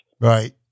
Right